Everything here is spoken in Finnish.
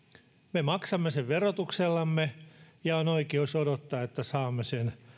me maksamme sen verotuksellamme ja on oikeus odottaa että saamme sen